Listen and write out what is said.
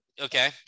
Okay